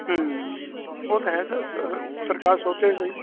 ਹਮ ਉਹ ਤਾਂ ਹੈ ਸਰ ਸਰ ਸਰਕਾਰ ਸੋਚੇ ਤਾਂ ਸਹੀ